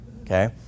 Okay